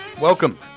Welcome